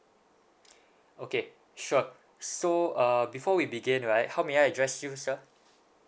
okay sure so uh before we begin right how may I address you sir